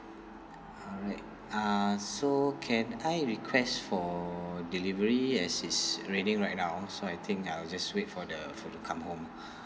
alright uh so can I request for delivery as it's raining right now so I think I'll just wait for the food to come home